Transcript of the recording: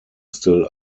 still